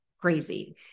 crazy